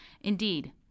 Indeed